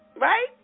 right